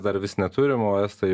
dar vis neturim o estai